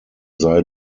sei